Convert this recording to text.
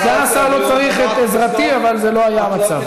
סגן השר לא צריך את עזרתי, אבל זה לא היה המצב.